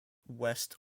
west